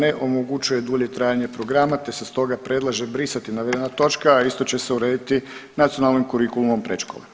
Ne omogućuje dulje trajanje programa, te se stoga predlaže brisati navedena točka, a isto će se urediti nacionalnim kurikulumom predškole.